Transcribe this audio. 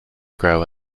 grow